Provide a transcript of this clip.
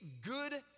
good